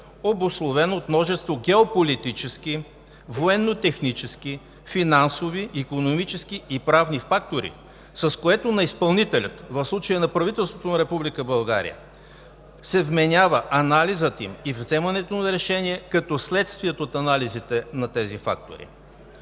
обусловен от множество геополитически, военнотехнически, финансови, икономически и правни фактори, с което на изпълнителя, в случая – на правителството на Република България, се вменява анализа им и вземането на решение, като следствие от анализите на тези фактори.